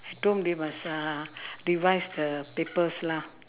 at home they must uh revise the papers lah